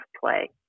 play